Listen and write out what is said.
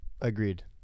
agreed